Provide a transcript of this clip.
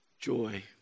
Joy